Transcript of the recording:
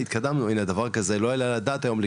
הנה דבר כזה לא יעלה על הדעת היום,